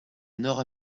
nord